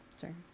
sorry